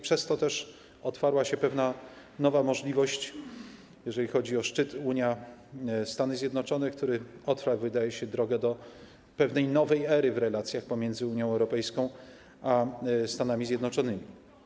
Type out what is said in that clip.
Przez to też otwarła się pewna nowa możliwość, jeżeli chodzi o szczyt Unia - Stany Zjednoczone, który otwiera, wydaje się, drogę do pewnej nowej ery w relacjach pomiędzy Unią Europejską a Stanami Zjednoczonymi.